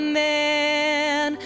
man